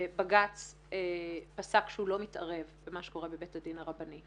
ובג"ץ פסק שהוא לא מתערב במה שקורה בבית הדין הרבני.